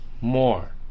more